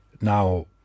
Now